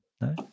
No